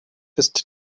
ist